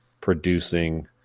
producing